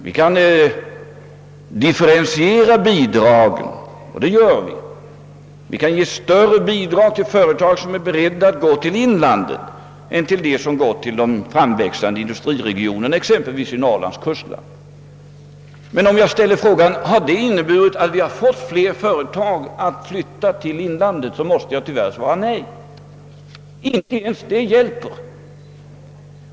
Vi kan differentiera bidragen, och det gör vi. Vi ger större bidrag till de företag som är beredda att flytta till inlandet än till de företag som flyttar till de framväxande industriregionerna, exempelvis i Norrlands kustland. Men om någon ställer frågan om det medfört att vi förmått fler företag att flytta till inlandet måste jag tyvärr svara nej; inte ens det hjälper.